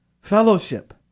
fellowship